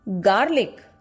Garlic